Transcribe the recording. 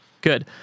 Good